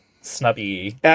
snubby